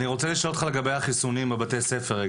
אני רוצה לשאול אותך לגבי החיסונים בבתי הספר.